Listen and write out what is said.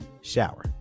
Shower